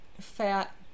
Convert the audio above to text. fat